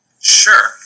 Sure